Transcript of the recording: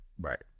Right